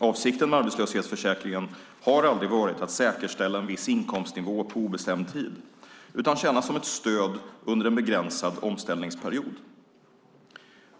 Avsikten med arbetslöshetsförsäkringen har aldrig varit att säkerställa en viss inkomstnivå på obestämd tid utan att tjäna som stöd under en begränsad omställningsperiod.